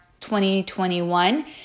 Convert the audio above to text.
2021